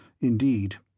Indeed